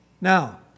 Now